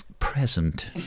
present